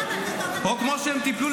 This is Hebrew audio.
למה --- או כמו שהם באקדמיה טיפלו,